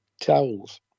towels